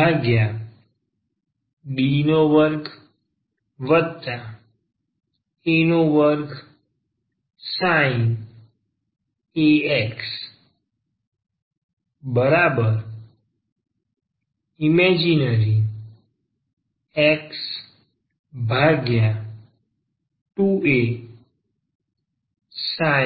1D22sin αx imagx2αsin αx ix2αcos αx